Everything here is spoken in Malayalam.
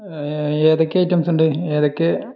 ഏതൊക്കെ ഐറ്റംസ്സ് ഉണ്ട് ഏതൊക്കെ